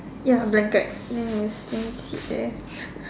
ya blanket then is then he sit there